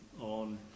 on